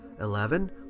Eleven